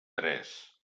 tres